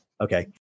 Okay